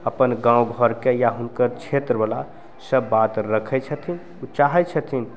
अपन गामघरके या हुनकर क्षेत्रवला सब बात रखै छथिन ओ चाहै छथिन